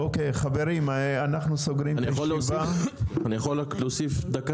אני יכול להוסיף?